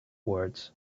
words